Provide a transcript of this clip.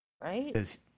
Right